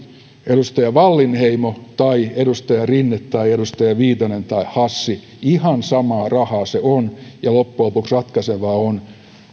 edustaja wallinheimo tai edustaja rinne tai edustaja viitanen tai edustaja hassi ihan samaa rahaa se on ja loppujen lopuksi ratkaisevaa on